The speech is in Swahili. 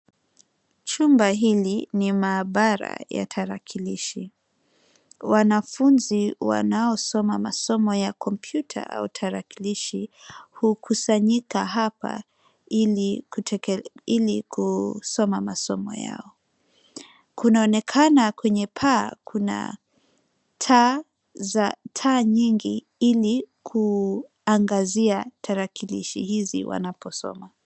Chumba hili ni maabara ya tarakilishi. Wanafunzi wanaosoma masomo ya kompyuta au tarakilishi hukusanyika hapa ili kusoma masomo yao. Kunaonekana kwenye paa kuna taa za, taa nyingi ili kuangazia tarakilishi hizi wanafunzi wanaposoma.